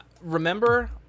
remember